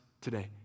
today